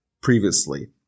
previously